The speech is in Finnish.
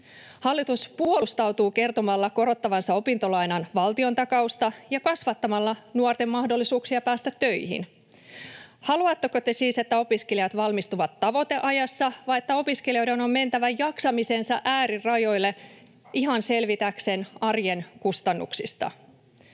Hallitus puolustautuu kertomalla korottavansa opintolainan valtiontakausta ja kasvattamalla nuorten mahdollisuuksia päästä töihin. Haluatteko te siis, että opiskelijat valmistuvat tavoiteajassa vai että opiskelijoiden on mentävä jaksamisensa äärirajoille ihan selvitäkseen arjen kustannuksista?